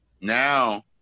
Now